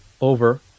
Over